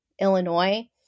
Illinois